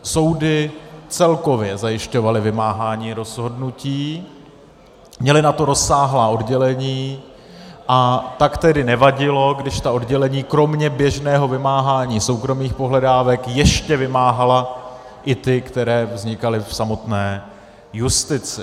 Soudy celkově zajišťovaly vymáhání rozhodnutí, měly na to rozsáhlá oddělení, a tak tedy nevadilo, když ta oddělení kromě běžného vymáhání soukromých pohledávek ještě vymáhala i ty, které vznikaly v samotné justici.